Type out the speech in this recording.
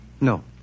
No